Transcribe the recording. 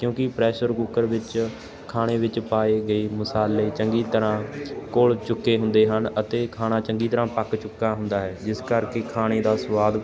ਕਿਉਂਕੀ pressure cooker ਵਿੱਚ ਖਾਣੇ ਵਿੱਚ ਪਾਏ ਗਏ ਮਸਾਲੇ ਚੰਗੀ ਤਰ੍ਹਾਂ ਘੁੱਲ ਚੁੱਕੇ ਹੁੰਦੇ ਹਨ ਅਤੇ ਖਾਣਾ ਚੰਗੀ ਤਰ੍ਹਾਂ ਪੱਕ ਚੁੱਕਾ ਹੁੰਦਾ ਹੈ ਜਿਸ ਕਰਕੇ ਖਾਣੇ ਦਾ ਸਵਾਦ